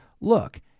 look